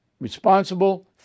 responsible